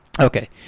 Okay